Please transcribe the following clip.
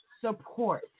support